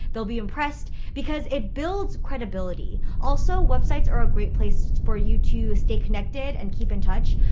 they'll be impressed because it builds credibility. also, websites are a great place for you to stay connected and keep in touch.